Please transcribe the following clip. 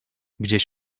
gdzieś